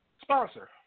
sponsor